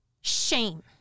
Shame